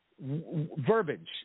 verbiage